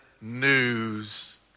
news